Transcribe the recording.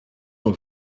nhw